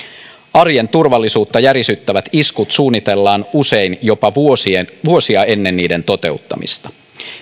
arjen turvallisuutta järisyttävät iskut suunnitellaan usein jopa vuosia ennen niiden toteuttamista